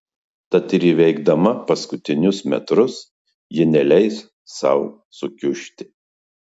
tad ir įveikdama paskutinius metrus ji neleis sau sukiužti